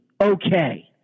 okay